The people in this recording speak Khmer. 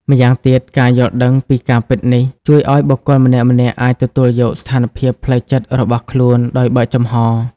ម្យ៉ាងទៀតការយល់ដឹងពីការពិតនេះ ជួយឱ្យបុគ្គលម្នាក់ៗអាចទទួលយកស្ថានភាពផ្លូវចិត្តរបស់ខ្លួនដោយបើកចំហរ។